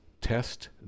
test